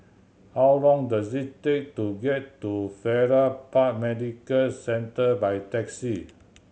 how long does it take to get to Farrer Park Medical Centre by taxi